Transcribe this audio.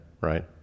right